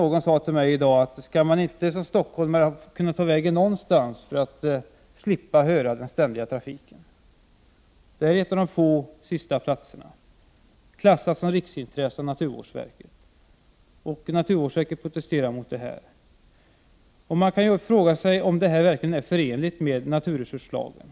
Någon sade till mig i dag: Skall man inte som stockholmare kunna ta vägen någonstans för att slippa höra den ständiga trafiken? Det rör sig här om en av de sista platserna av detta slag, klassad som riksintresse av naturvårdsverket. Naturvårdsverket protesterar mot denna utbyggnad. Man kan fråga sig om en utbyggnad verkligen är förenlig med naturresurslagen.